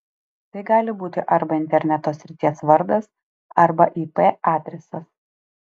tai gali būti arba interneto srities vardas arba ip adresas